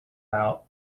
out